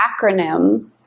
acronym